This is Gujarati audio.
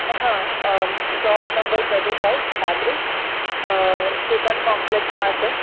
હા શોપ નંબર થર્ટી ફાઇ પાંત્રીસ સુકન કોમ્પ્લેક્સમાં છે